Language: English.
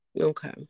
Okay